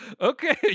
Okay